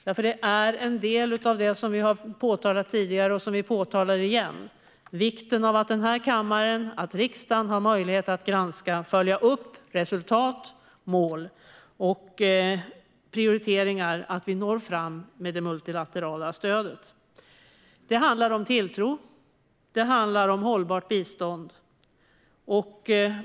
Vikten av att riksdagen har möjlighet att granska och följa upp resultat, mål och prioriteringar för det multilaterala stödet är ju en del av det som vi har framhållit tidigare, och nu framhåller vi det igen. Det handlar om tilltro. Det handlar om hållbart bistånd.